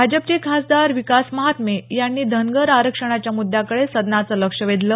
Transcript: भाजपचे खासदार विकास महात्मे यांनी धनगर आरक्षणाच्या मुद्याकडे सदनाचं लक्ष वेधलं